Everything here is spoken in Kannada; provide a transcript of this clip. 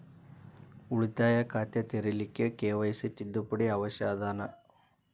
ಉಳಿತಾಯ ಖಾತೆ ತೆರಿಲಿಕ್ಕೆ ಕೆ.ವೈ.ಸಿ ತಿದ್ದುಪಡಿ ಅವಶ್ಯ ಅದನಾ?